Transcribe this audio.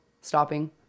stopping